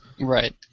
Right